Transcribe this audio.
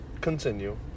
continue